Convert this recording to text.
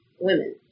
women